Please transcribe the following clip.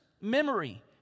memory